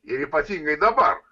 ir ypatingai dabar